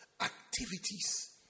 activities